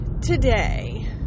today